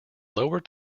lower